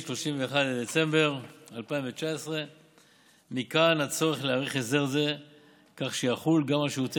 31 בדצמבר 2019. מכאן הצורך להאריך הסדר זה כך שיחול גם על שירותי